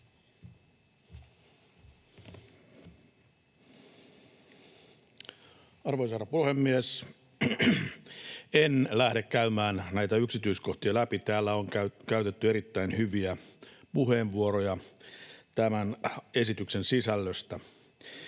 Arvoisa herra puhemies! En lähde käymään näitä yksityiskohtia läpi. Täällä on käytetty erittäin hyviä puheenvuoroja tämän esityksen sisällöstä.